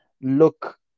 look